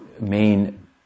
main